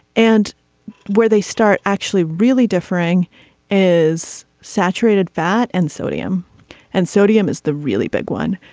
and where they start actually really differing is saturated fat and sodium and sodium is the really big one.